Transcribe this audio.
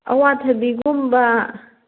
ꯑꯋꯥꯊꯕꯤꯒꯨꯝꯕ